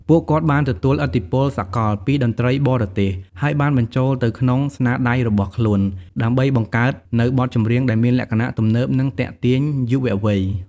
ពួកគាត់បានទទួល ឥទ្ធិពលសកល ពីតន្ត្រីបរទេស ហើយបានបញ្ចូលទៅក្នុងស្នាដៃរបស់ខ្លួន ដើម្បីបង្កើតនូវបទចម្រៀងដែលមានលក្ខណៈទំនើប និងទាក់ទាញយុវវ័យ។